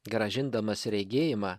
grąžindamas regėjimą